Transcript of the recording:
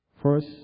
First